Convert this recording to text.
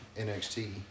NXT